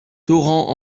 torrents